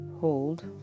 Hold